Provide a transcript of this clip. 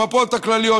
המפות הכלליות,